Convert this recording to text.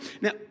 Now